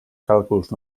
càlculs